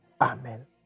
Amen